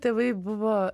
tėvai buvo